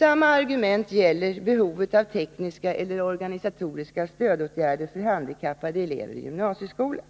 Samma argument gäller behovet av tekniska eller organisatoriska stödåtgärder för handikappade elever i gymnasieskolan.